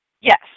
Yes